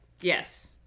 Yes